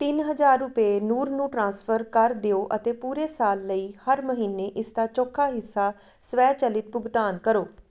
ਤਿੰਨ ਹਜ਼ਾਰ ਰੁਪਏ ਨੂਰ ਨੂੰ ਟ੍ਰਾਂਸਫਰ ਕਰ ਦਿਓ ਅਤੇ ਪੂਰੇ ਸਾਲ ਲਈ ਹਰ ਮਹੀਨੇ ਇਸਦਾ ਚੌਥਾ ਹਿੱਸਾ ਸਵੈਚਲਿਤ ਭੁਗਤਾਨ ਕਰੋ